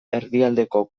erdialdeko